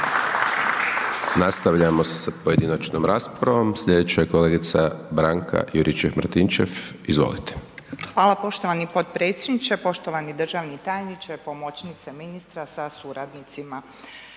Nastavljamo sa pojedinačnom raspravom. Sljedeća je kolegica Branka Juričev-Martinčev. Izvolite. **Juričev-Martinčev, Branka (HDZ)** Hvala poštovani potpredsjedniče. Poštovani državni tajniče, pomoćnice ministra sa suradnicima.